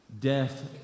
Death